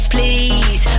Please